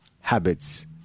habits